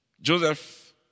Joseph